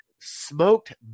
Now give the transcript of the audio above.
Smoked